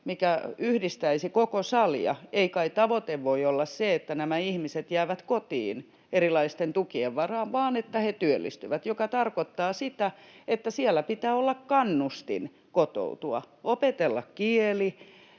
mikä yhdistäisi koko salia — ei kai tavoite voi olla se, että nämä ihmiset jäävät kotiin erilaisten tukien varaan, vaan että he työllistyvät, mikä tarkoittaa sitä, että pitää olla kannustin kotoutua, opetella kieli,